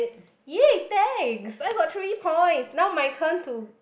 yay thanks I got three points now my turn to